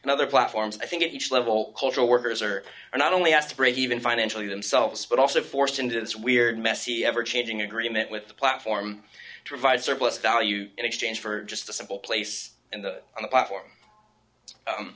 and other platforms i think at each level cultural workers are not only has to break even financially themselves but also forced into this weird messy ever changing agreement with the platform to provide surplus value in exchange for just a simple place in the on the platform